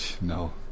No